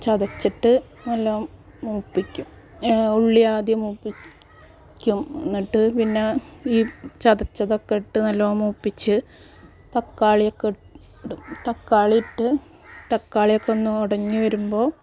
ചതച്ചിട്ട് നല്ലോണം മൂപ്പിക്കും ഉള്ളി ആദ്യം മൂപ്പിക്കും എന്നിട്ട് പിന്നെ ഈ ചതച്ചതൊക്കെ ഇട്ട് നല്ലോണം മൂപ്പിച്ച് തക്കാളിയൊക്കെ ഇടും തക്കാളി ഇട്ട് തക്കാളി ഒക്കെ ഒന്ന് ഉടഞ്ഞു വരുമ്പോൾ